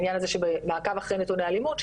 עניין הזה של מעקב אחרי נתוני אלימות,